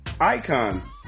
icon